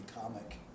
comic